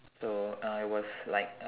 so uh it was like